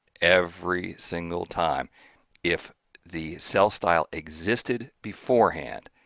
every single time if the cell style existed beforehand,